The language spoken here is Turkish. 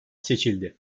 seçildi